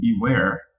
Beware